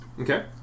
Okay